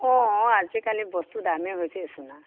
অ অ আজিকালি বস্তু দামে হৈছেচোন আৰু